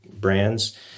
brands